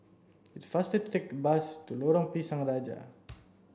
it's faster to take the bus to Lorong Pisang Raja